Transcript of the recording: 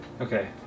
okay